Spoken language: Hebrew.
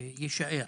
יישאר.